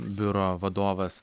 biuro vadovas